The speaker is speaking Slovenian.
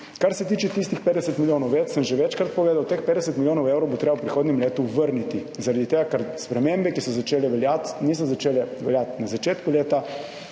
Kar se tiče tistih 50 milijonov več sem že večkrat povedal, teh 50 milijonov evrov bo treba v prihodnjem letu vrniti, zaradi tega, ker spremembe, ki so začele veljati, niso začele veljati na začetku leta,